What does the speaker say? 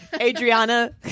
Adriana